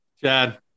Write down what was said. Chad